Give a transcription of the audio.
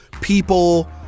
people